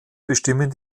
bestimmen